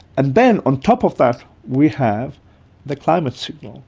and then on top of that we have the climate signal.